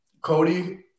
Cody